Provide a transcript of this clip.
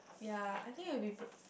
ya I think it'll be b~